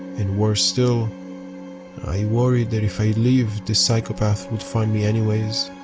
and worse still i worried that if i did leave this psychopath would find me anyway.